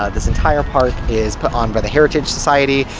ah this entire park is put on by the heritage society,